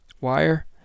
wire